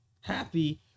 happy